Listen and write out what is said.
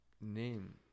name